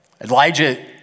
Elijah